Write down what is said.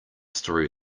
story